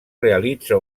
realitza